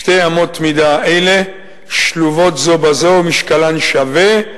שתי אמות מידה אלה שלובות זו בזו ומשקלן שווה,